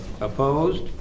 Opposed